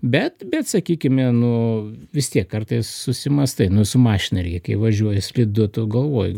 bet bet sakykime nu vis tiek kartais susimąstai nu su mašina reikiai važiuoji slidu tu galvoji